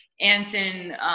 Anson